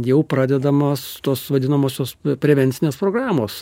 jau pradedamos tos vadinamosios prevencinės programos